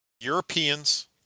Europeans